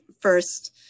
first